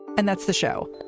and that's the show.